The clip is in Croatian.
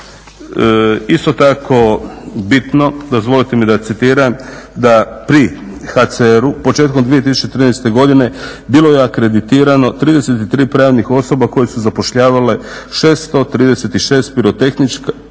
isto tako bitno, dozvolite mi da citiram, da pri HCR-u početkom 2013. godine bilo je akreditirano 33 pravnih osoba koje su zapošljavale 636 pirotehničara